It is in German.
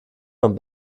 von